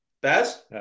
Baz